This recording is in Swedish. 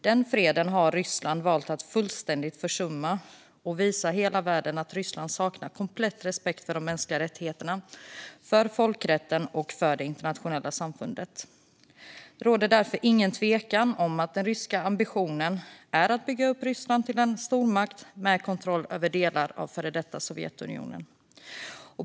Den freden har Ryssland valt att fullständigt försumma, och man har visat hela världen att Ryssland helt saknar respekt för de mänskliga rättigheterna, folkrätten och de internationella samfunden. Det råder ingen tvekan om att den ryska ambitionen är att bygga upp Ryssland till en stormakt med kontroll över delar av före detta Sovjetunionen.